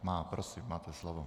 Má, prosím, máte slovo.